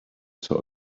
saw